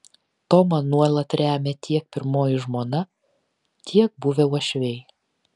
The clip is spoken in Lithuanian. tomą nuolat remia tiek pirmoji žmona tiek buvę uošviai